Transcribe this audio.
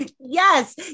Yes